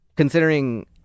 Considering